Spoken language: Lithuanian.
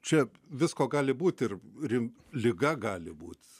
čia visko gali būt ir rim liga gali būt